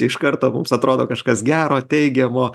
iš karto mums atrodo kažkas gero teigiamo